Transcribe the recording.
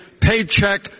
paycheck